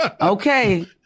Okay